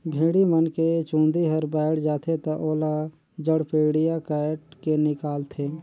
भेड़ी मन के चूंदी हर बायड जाथे त ओला जड़पेडिया कायट के निकालथे